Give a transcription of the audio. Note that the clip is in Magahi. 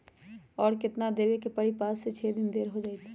और केतना देब के परी पाँच से छे दिन देर हो जाई त?